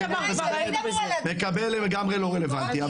איתמר, כבר --- מקבל, לגמרי לא רלוונטי.